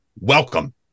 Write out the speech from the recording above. welcome